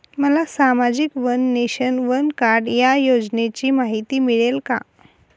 मला सामाजिक one nation, one card या योजनेची माहिती मिळेल का?